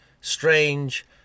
Strange